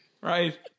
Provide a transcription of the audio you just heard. right